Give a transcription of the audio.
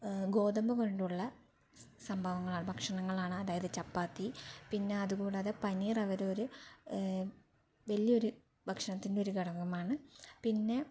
ഗോതമ്പ് കൊണ്ടുള്ള സം സംഭവങ്ങളാണ് ഭക്ഷണങ്ങളാണ് അതായത് ചപ്പാത്തി പിന്നെ അത് കൂടാതെ പനീർ അവര് ഒരു വലിയൊരു ഭക്ഷണത്തിൻ്റെ ഒരു ഘടകമാണ് പിന്നെ